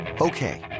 Okay